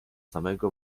samego